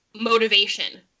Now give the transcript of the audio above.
motivation